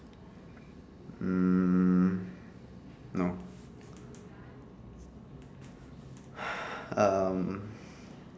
um no um